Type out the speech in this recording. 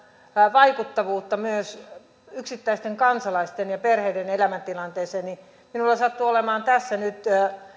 vaikuttavuutta myös yksittäisten kansalaisten ja perheitten elämäntilanteeseen niin minulla sattuu olemaan tässä nyt